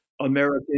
American